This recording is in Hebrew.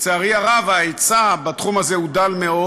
לצערי הרב, ההיצע בתחום הזה הוא דל מאוד,